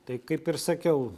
tai kaip ir sakiau